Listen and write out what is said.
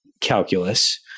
calculus